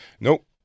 Nope